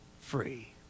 free